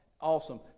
Awesome